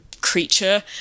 creature